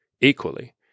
equally